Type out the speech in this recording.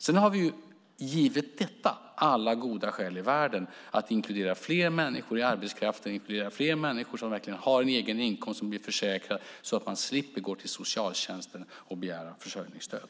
Sedan har vi, givet detta, alla goda skäl i världen att inkludera fler människor i arbetskraften, inkludera fler människor som verkligen har en egen inkomst, människor som blir försäkrade så att de slipper gå till socialtjänsten och begära försörjningsstöd.